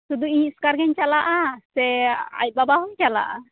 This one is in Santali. ᱥᱩᱫᱩ ᱤᱧ ᱮᱥᱠᱟᱨᱜᱤᱧ ᱪᱟᱞᱟᱜᱼᱟ ᱥᱮ ᱟᱡ ᱵᱟᱵᱟ ᱦᱚᱸᱭ ᱪᱟᱞᱟᱜᱼᱟ